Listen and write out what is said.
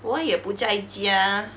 我也不在家